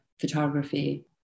photography